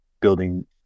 building